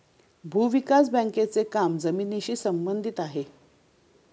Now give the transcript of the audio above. भूविकास बँकेचे काम जमिनीशी संबंधित आहे